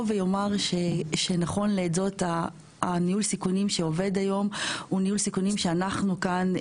את ניהול הסיכונים שעובד היום אנחנו מתכוונים